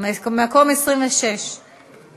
מקום 26. מיקי,